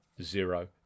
Zero